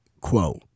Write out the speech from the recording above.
quote